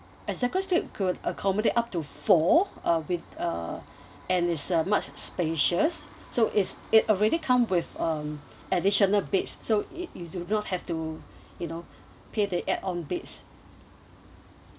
could accommodate up to four uh with uh and is uh much spacious so is it already come with um additional beds so y~ you do not have to you know pay the add on beds